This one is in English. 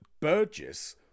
Burgess